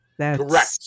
Correct